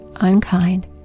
unkind